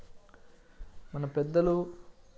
మన పెద్దలు